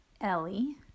Ellie